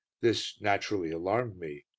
this naturally alarmed me,